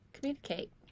Communicate